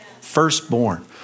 firstborn